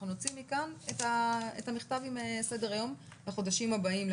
אנחנו נוציא מכאן את המכתב עם סדר היום לחודשים הבאים,